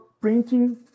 printing